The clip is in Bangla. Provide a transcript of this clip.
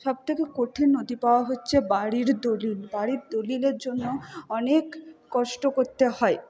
সব থেকে কঠিন নথি পাওয়া হচ্ছে বাড়ির দলিল বাড়ির দলিলের জন্য অনেক কষ্ট করতে হয়